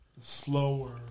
slower